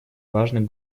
важных